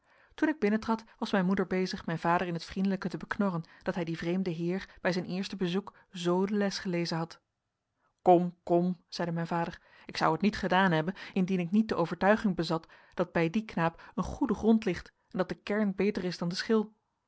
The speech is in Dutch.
toen ik binnentrad was mijn moeder bezig mijn vader in t vriendelijke te beknorren dat hij dien vreemden heer bij zijn eerste bezoek zoo de les gelezen had kom kom zeide mijn vader ik zou het niet gedaan hebben indien ik niet de overtuiging bezat dat bij dien knaap een goede grond ligt en dat de kern beter is dan de schil